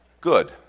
Good